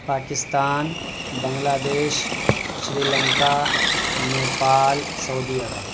Pakistan Bangladesh Sri Lanka Nepal سعودی عرب